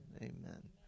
amen